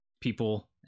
people